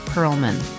Perlman